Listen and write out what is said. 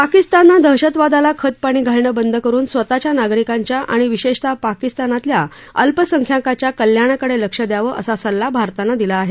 पाकिस्ताननं दहशतवादाला खतपाणी घालणं बंद करुन स्वतःच्या नागरिकांच्या आणि विशेषतः पाकिस्तानल्या अल्प संख्यांकांच्या कल्याणाकडे लक्ष द्यावं असा सल्ला भारतानं दिला आहे